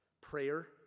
prayer